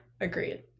agreed